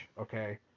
okay